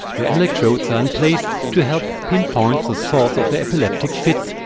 the electrodes are in place to help pinpoint the source of their epileptic fits,